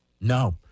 no